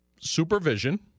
supervision